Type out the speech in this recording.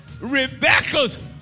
Rebecca's